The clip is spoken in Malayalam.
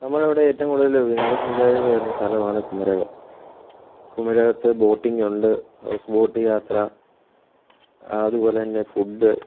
നമ്മുടെ അവിടെ ഏറ്റവും കൂടുതൽ വിനോദ സഞ്ചാരികൾ വരുന്ന സ്ഥലമാണ് കുമരകം കുമരകത്ത് ബോട്ടിംഗ് ഉണ്ട് ഹൗസ് ബോട്ട് യാത്ര അതുപോലെ തന്നെ ഫുഡ്